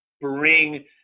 bring